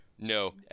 No